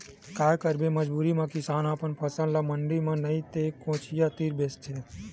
काये करबे मजबूरी म किसान ह अपन फसल ल मंडी म नइ ते कोचिया तीर बेचथे